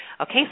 Okay